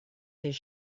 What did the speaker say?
his